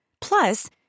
Plus